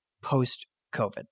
post-COVID